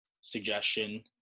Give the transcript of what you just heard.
suggestion –